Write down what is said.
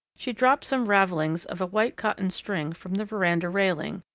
she dropped some ravellings of a white cotton string from the veranda railing,